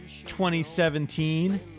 2017